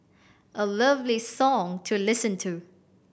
a lovely song to listen to